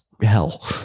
hell